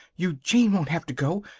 eugene won't have to go.